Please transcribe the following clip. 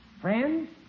Friends